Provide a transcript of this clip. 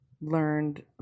learned